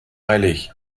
eilig